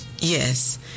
yes